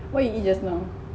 what you eat just now